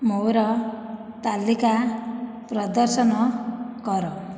ମୋର ତାଲିକା ପ୍ରଦର୍ଶନ କର